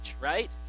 right